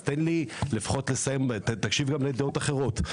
אז תקשיב גם לדעות אחרות.